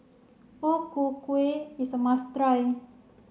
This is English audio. O Ku Kueh is a must try